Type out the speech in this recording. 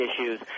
issues